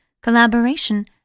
collaboration